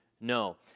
No